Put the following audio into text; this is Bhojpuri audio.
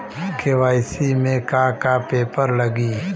के.वाइ.सी में का का पेपर लगी?